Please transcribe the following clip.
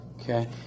Okay